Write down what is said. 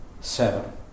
seven